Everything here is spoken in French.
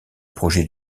projet